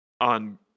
on